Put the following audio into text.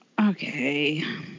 Okay